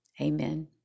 Amen